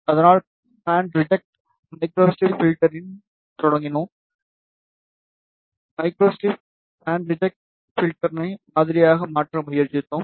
அதனால் band reject microstrip பில்டர்டன் தொடங்கினோம் மைக்ரோஸ்ட்ரிப் பேண்ட் ரிஜெக்ட் பில்டர்னை மாதிரியாக மாற்ற முயற்சித்தோம்